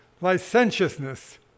licentiousness